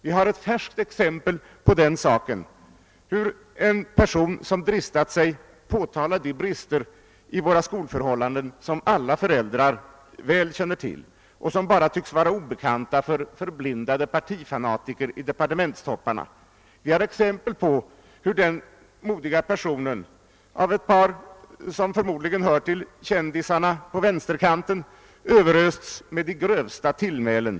Vi har ett färskt exempel på hur en person, som dristat sig att påtala de brister i våra skolförhållanden som alla föräldrar väl känner till och som bara tycks vara obekanta för förblindade partifanatiker i departementens toppar, av ett par som förmodligen hör till kändisarna på vänsterkanten överösts med de grövsta tillmälen.